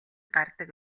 гардаг